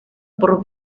por